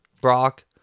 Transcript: Brock